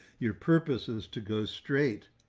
your purpose is to go straight.